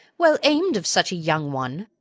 well aim'd of such a young one.